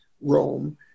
Rome